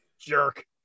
jerk